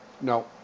No